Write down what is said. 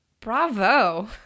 Bravo